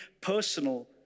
personal